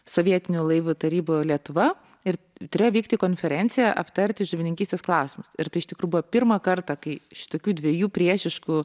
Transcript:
sovietiniu laivu tarybų lietuva ir turėjo vykti konferencija aptarti žuvininkystės klausimus ir tai iš tikrųjų pirmą kartą kai šitokių dviejų priešiškų